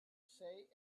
say